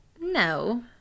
No